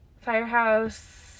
firehouse